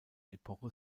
epoche